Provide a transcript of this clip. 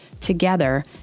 together